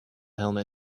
helmet